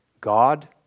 God